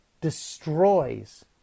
destroys